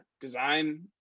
design